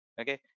okay